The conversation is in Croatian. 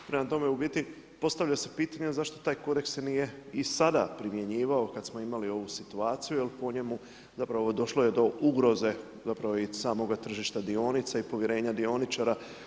Prema tome, u biti postavlja se pitanje zašto taj kodeks se nije i sada primjenjivao kad smo imali ovu situaciju jer po njemu, zapravo došlo je do ugroze i samoga tržišta dionica i povjerenja dioničara.